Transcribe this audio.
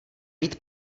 mít